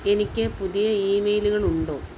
എനിക്ക് പുതിയ ഈമെയിലുകളുണ്ടോ